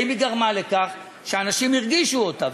האם היא גרמה לכך שאנשים הרגישו אותה?